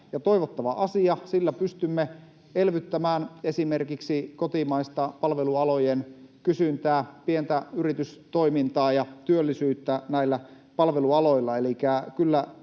toivottava asia. Sillä pystymme elvyttämään esimerkiksi kotimaista palvelualojen kysyntää, pientä yritystoimintaa ja työllisyyttä palvelualoilla.